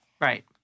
right